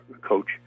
coach